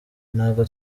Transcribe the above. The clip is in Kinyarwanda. ntago